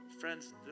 Friends